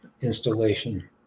installation